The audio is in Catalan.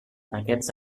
aquests